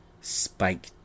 spike